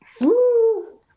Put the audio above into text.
Woo